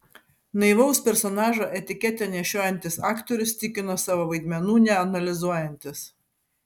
naivaus personažo etiketę nešiojantis aktorius tikino savo vaidmenų neanalizuojantis